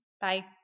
Bye